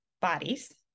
bodies